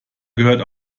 gehört